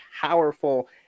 powerful